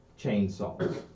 chainsaw